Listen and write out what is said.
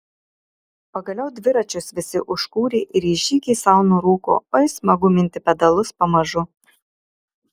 pagaliau dviračius visi užkūrė ir į žygį sau nurūko oi smagu minti pedalus pamažu